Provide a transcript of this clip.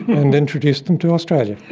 and introduced them to australia.